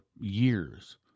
years